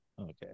Okay